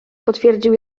potwierdził